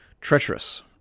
treacherous